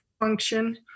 function